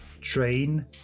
train